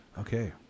Okay